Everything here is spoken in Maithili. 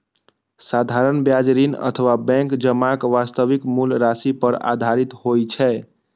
साधारण ब्याज ऋण अथवा बैंक जमाक वास्तविक मूल राशि पर आधारित होइ छै